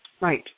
Right